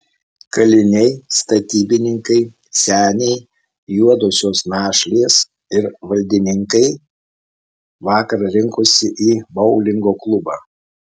kaliniai statybininkai seniai juodosios našlės ir valdininkai vakar rinkosi į boulingo klubą